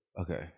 Okay